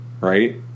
right